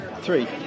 three